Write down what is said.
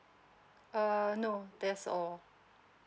err no that's all